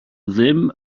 ddim